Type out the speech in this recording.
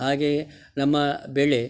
ಹಾಗೆಯೇ ನಮ್ಮ ಬೆಳೆ